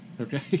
okay